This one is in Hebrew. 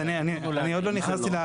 אני עוד לא נכנסתי,